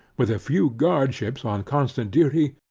with a few guard ships on constant duty,